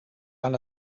aan